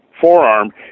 forearm